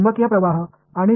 அந்த அளவுகள் என்ன